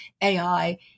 AI